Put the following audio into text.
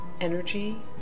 energy